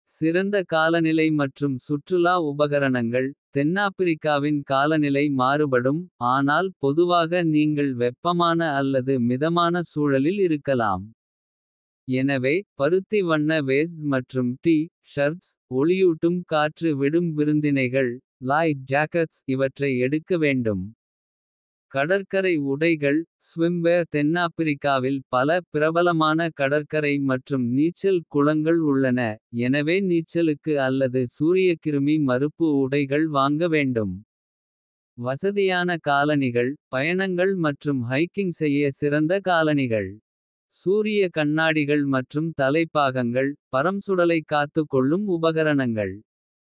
சிறந்த காலநிலை மற்றும் சுற்றுலா உபகரணங்கள். தென்னாப்பிரிக்காவின் காலநிலை மாறுபடும். ஆனால் பொதுவாக நீங்கள் வெப்பமான அல்லது. மிதமான சூழலில் இருக்கலாம் எனவே பருத்தி. வண்ண வேஸ்ட் மற்றும் டி ஷர்ட்ஸ் ஒளியூட்டும் காற்று. விடும் விருந்தினைகள் இவற்றை எடுக்க வேண்டும். கடற்கரை உடைகள் தென்னாப்பிரிக்காவில். பல பிரபலமான கடற்கரை மற்றும் நீச்சல் குளங்கள் உள்ளன. எனவே நீச்சலுக்கு அல்லது சூரியக்கிருமி. மறுப்பு உடைகள் வாங்க வேண்டும். வசதியான காலணிகள் பயணங்கள் மற்றும். ஹைக்கிங் செய்ய சிறந்த காலணிகள். சூரிய கண்ணாடிகள் மற்றும் தலைப்பாகங்கள். பரம்சுடலைக் காத்துக்கொள்ளும் உபகரணங்கள்.